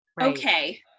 Okay